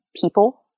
people